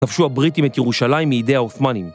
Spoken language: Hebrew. נפשו הבריטים את ירושלים מידי העותמניים